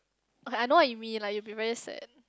okay I know what you mean like you'll be very sad